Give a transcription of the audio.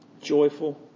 Joyful